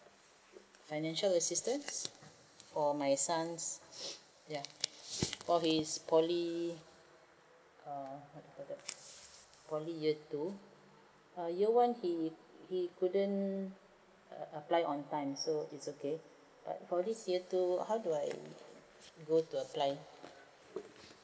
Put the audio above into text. financial assistance for my son ya oh he is poly uh what do you call that poly year two uh year one he he couldn't apply on time so it's okay but for this year two how do I go to apply